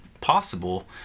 possible